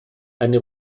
eine